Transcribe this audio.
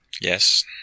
Yes